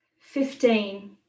Fifteen